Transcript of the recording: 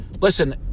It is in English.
Listen